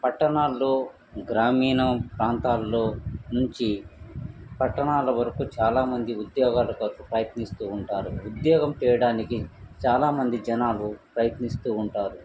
పట్టణాల్లో గ్రామీణ ప్రాంతాల్లో నుంచి పట్టణాల వరకు చాలామంది ఉద్యోగాల కొరకు ప్రయత్నిస్తూ ఉంటారు ఉద్యోగం చేయడానికి చాలామంది జనాలు ప్రయత్నిస్తూ ఉంటారు